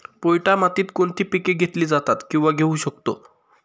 पोयटा मातीत कोणती पिके घेतली जातात, किंवा घेऊ शकतो?